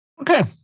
Okay